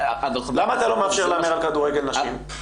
למה אתה לא מאפשר להמר על כדורגל נשים?